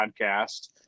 podcast